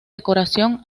decoración